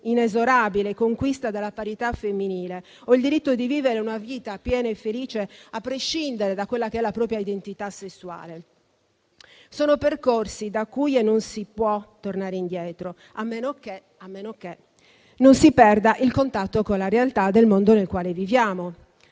inesorabile conquista della parità femminile o il diritto di vivere una vita piena e felice, a prescindere dalla propria identità sessuale. Sono percorsi da cui non si può tornare indietro, a meno che non si perda il contatto con la realtà del mondo nel quale viviamo.